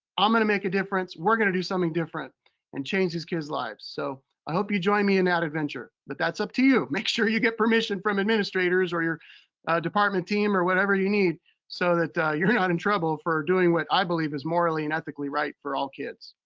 i'm gonna make a difference. we're gonna do something different and change these kid's lives. so i hope you join me in that adventure, but that's up to you. make sure you get permission from administrators or your department team or whatever you need so that you're not in trouble for doing what i believe is morally and ethically right for all kids.